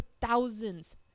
thousands